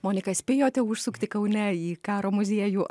monika spėjote užsukti kaune į karo muziejų